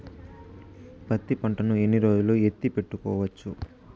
పత్తి పంటను ఎన్ని రోజులు ఎత్తి పెట్టుకోవచ్చు?